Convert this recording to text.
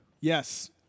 Yes